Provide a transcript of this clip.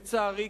לצערי,